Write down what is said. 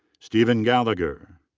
steven gallagher.